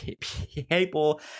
people